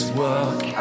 work